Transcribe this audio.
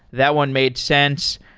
that one made sense.